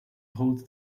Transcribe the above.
holds